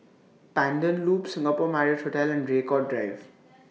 Pandan Loop Singapore Marriott Hotel and Draycott Drive